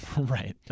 Right